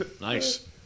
nice